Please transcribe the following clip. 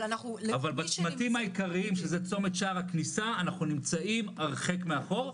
אבל בהיבטים העיקריים שזה צומת שער הכניסה אנחנו נמצאים הרחק מאחור,